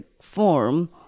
form